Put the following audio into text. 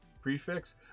prefix